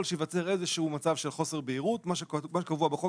שייווצר איזה שהוא מצב של חוסר בהירות מה שקבוע בחוק